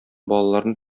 балаларны